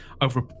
over